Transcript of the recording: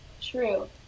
True